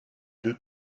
deux